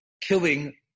killing